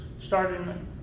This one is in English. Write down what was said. starting